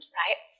right